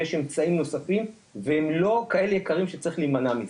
ויש אמצעים נוספים והם לא כאלה יקרים שצריך להימנע מזה.